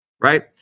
right